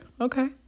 okay